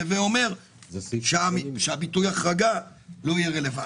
הווה אומר שהביטוי החרגה לא יהיה רלוונטי.